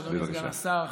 אדוני סגן השר,